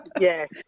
yes